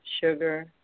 sugar